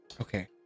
Okay